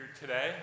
today